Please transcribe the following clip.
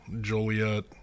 Joliet